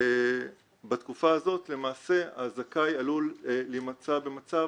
ובתקופה הזאת למעשה הזכאי עלול להימצא במצב